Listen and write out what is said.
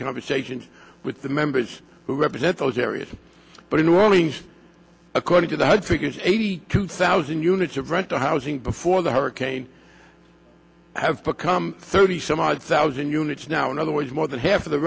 conversations with the members who represent those areas but in new orleans according to the hard figures eighty two thousand units of rental housing before the hurricane have become thirty some odd thousand units now in other ways more than half of the